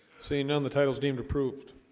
seeing none the titles deemed approved